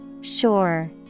Sure